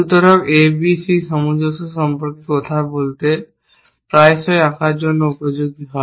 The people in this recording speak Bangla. সুতরাং A R C সামঞ্জস্য সম্পর্কে কথা বলতে প্রায়শই আঁকার জন্য উপযোগী হয়